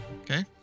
Okay